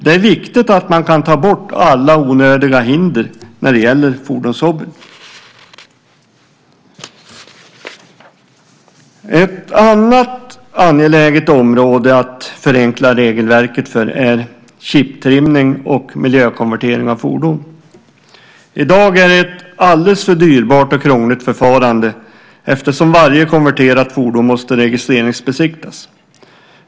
Det är viktigt att man kan ta bort alla onödiga hinder när det gäller fordonshobbyn. Ett annat angeläget område att förenkla regelverket för är chiptrimning och miljökonvertering av fordon. I dag är det ett alldeles för dyrbart och krångligt förfarande eftersom varje konverterat fordon måste registreringsbesiktigas.